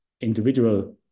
individual